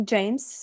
James